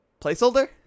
placeholder